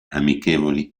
amichevoli